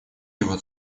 его